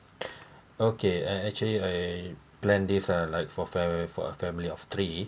okay and actually I plan this ah like for fa~ for a family of three